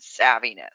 savviness